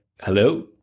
hello